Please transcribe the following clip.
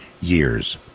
years